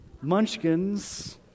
munchkins